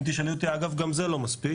אם תשאלי אותי, אגב, גם זה לא מספיק,